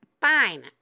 fine